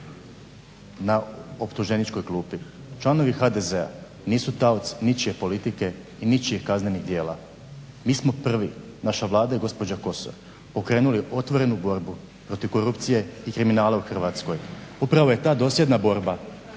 na optuženičkoj klupi. Članovi HDZ-a nisu taoci ničije politike i ničijih kaznenih djela. Mi smo prvi, naša Vlada i gospođa Kosor, pokrenuli otvorenu borbu protiv korupcije i kriminala u Hrvatskoj. Upravo je ta dosljedna borba